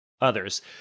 others